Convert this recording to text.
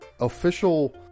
official